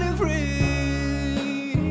free